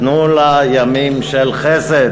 תנו לה ימים של חסד.